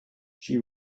she